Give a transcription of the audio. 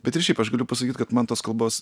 bet ir šiaip aš galiu pasakyt kad man tos kalbos